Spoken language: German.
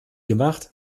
gemacht